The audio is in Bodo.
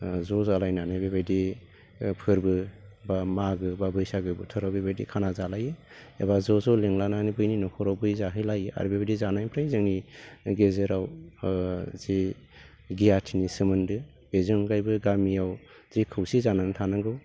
ज' जालायनानै बेबायदि फोरबो बा मागो बा बैसागो बोथोराव बेबायदि खाना जालायो एबा ज' ज' लेंलायनानै बैनि न'खराव बै जाहैलायो आरो बेबायदि जानायनिफ्राय जोंनि गेजेराव जि गियाथिनि सोमोनदो बेजोंहायबो गामियाव जि खौसे जानानै थानांगौ